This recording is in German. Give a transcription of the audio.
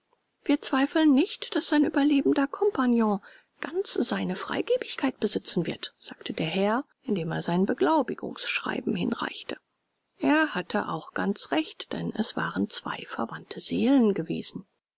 wir zweifeln nicht daß sein überlebender compagnon ganz seine freigebigkeit besitzen wird sagte der herr indem er sein beglaubigungsschreiben hinreichte er hatte auch ganz recht denn es waren zwei verwandte seelen gewesen